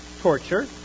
torture